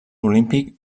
olímpic